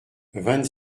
vingt